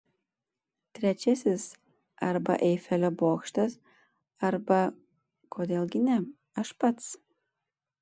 trečiasis arba eifelio bokštas arba kodėl gi ne aš pats